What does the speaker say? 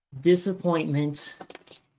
disappointment